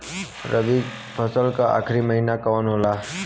रवि फसल क आखरी महीना कवन होला?